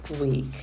week